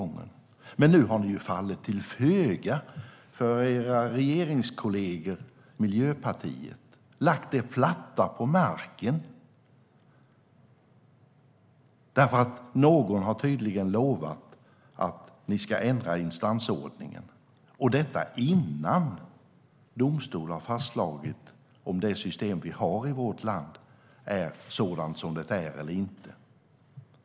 Nu har ni fallit till föga för era regeringskollegor Miljöpartiet. Ni har lagt er platta på marken, för någon har tydligen lovat att ni ska ändra instansordningen, och detta innan en domstol har fastslagit om det system vi har i vårt land kan vara sådant som det är eller inte.